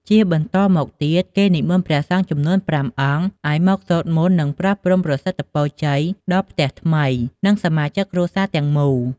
ជាបន្តមកទៀត គេនិមន្តព្រះសង្ឃចំនួនប្រាំអង្គឲ្យមកសូត្រមន្តនឹងប្រោះព្រំប្រសិទ្ធពរជ័យដល់ផ្ទះថ្មី និងសមាជិកគ្រួសារទាំងមូល។